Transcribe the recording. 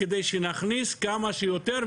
כדי שנכניס כמה שיותר.